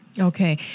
Okay